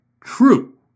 true